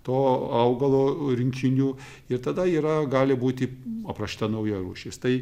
to augalo rinkinių ir tada yra gali būti aprašyta nauja rūšis tai